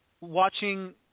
watching